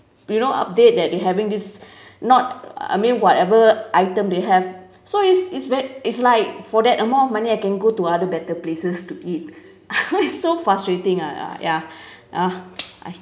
you know update that they having this not I mean whatever item they have so is is is like for that amount of money I can go to other better places to eat it's so frustrating ah ya ugh